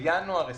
בינואר 2021,